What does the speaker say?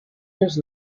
years